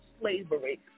slavery